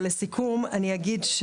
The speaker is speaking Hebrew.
לסיכום, אגיד: